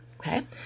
Okay